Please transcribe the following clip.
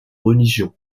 religion